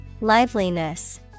Liveliness